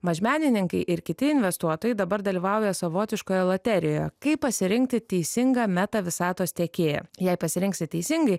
mažmenininkai ir kiti investuotojai dabar dalyvauja savotiškoje loterijoje kaip pasirinkti teisingą meta visatos tiekėją jei pasirinksi teisingai